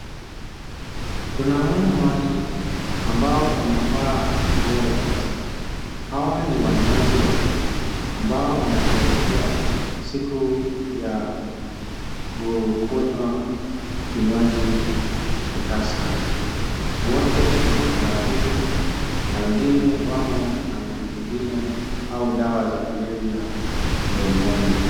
Tunaona watu ambao wamefaa nguo ya tusker, Hawa ni wanywaji wakuu, ambao wanasherekea siku ya kukunywa kinywaji cha tusker wote wamefuraia na wengine wamo na vitu vingine au dawa za kulevya mdomoni.